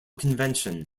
convention